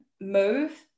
move